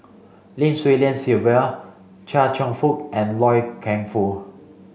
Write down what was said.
Lim Swee Lian Sylvia Chia Cheong Fook and Loy Keng Foo